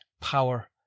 power